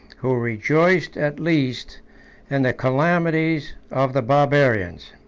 who rejoiced at least in the calamities of the barbarians.